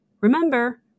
Remember